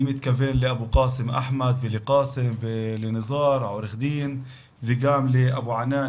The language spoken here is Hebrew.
אני מתכוון לאבו קאסם אחמד ולקאסם ולעו"ד ניזאר וגם לאבו ענאן,